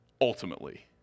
ultimately